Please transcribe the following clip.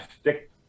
stick